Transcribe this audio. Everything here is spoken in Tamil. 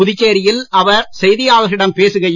புதுச்சேரியில் அவர் செய்தியாளர்களிடம் பேசுகையில்